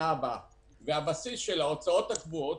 הבסיס של ההוצאות הקבועות,